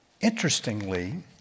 Interestingly